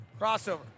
Crossover